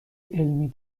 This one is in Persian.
علمی